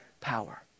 power